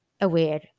aware